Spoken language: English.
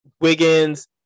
Wiggins